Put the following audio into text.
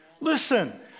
Listen